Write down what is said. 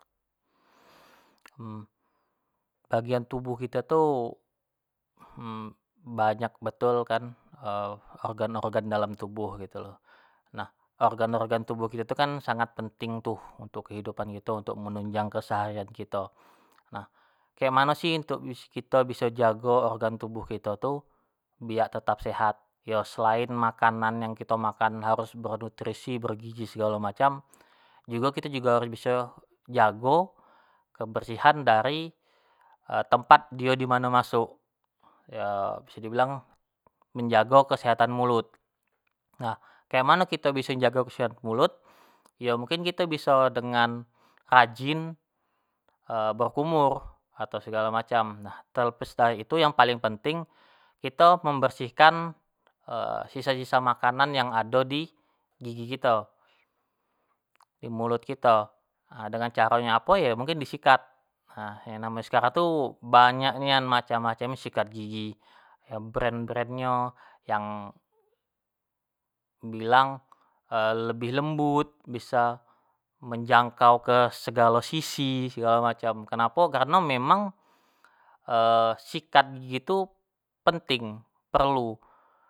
bagian tubuh kito tu banyak betul kan organ-organ dalam tubuh gitu lo, nah. organ-organ tubuh kito tu kan sangat penting tuh untuk kehidupan kito, untuk menunjang keseharian kito, nah kek mano sih kito biso jago, kesehatan tubuh kito tu, biak tetap sehat, yo selain makanan yang kito makan bernutrisi, berigizi segalo macam, biso jago, kebersihan dari tempat dio dimano masuk, yo bisa dibilang menjago kesehtan mulut. nah kek mano kito biso menjago kesehatan mulut, yo mungkin kito biso, dengan rajin berkumur, atau segala macam, nah terlepas dari itu yang paling penting, kito membersihkan sisa-sisa makanan yang ado di gigi kito, di mulut kito, dengan caro nyo apo, yo mungkin disikat, nah yang namonyo sekarang tu, banyak nian macam-macam sikat gigi, yang brand-brand nyo, yang bilang lebih lembut, bisa menjangkau ke segalo sisi segalo macam, kenapo, karno memang sikat gigi tu penting, perlu.